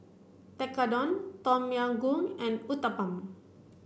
Tekkadon Tom Yam Goong and Uthapam